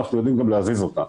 אנחנו גם יודעים להזיז אותם